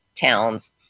towns